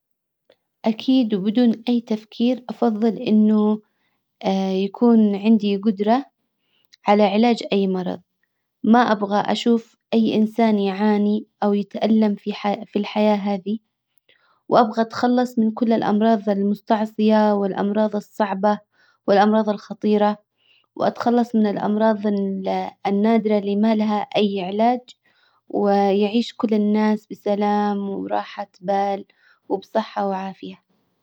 اكيد وبدون اي تفكير افضل انه يكون عندي جدرة على علاج اي مرض ما ابغى اشوف اي انسان يعاني او يتألم في في الحياة هذي وابغى اتخلص من كل الامراض المستعصية والامراض الصعبة والامراض الخطيرة واتخلص من الامراض النادرة اللي ما لها اي علاج ويعيش كل الناس بسلام وراحة بال وبصحة وعافية.